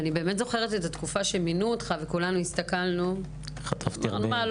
אני זוכרת את התקופה שמינו אותך וכולנו הסתכלנו: מה,